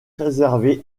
reversés